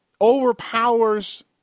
overpowers